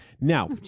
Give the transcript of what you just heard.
Now